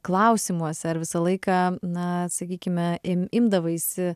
klausimuose ar visą laiką na sakykime im imdavaisi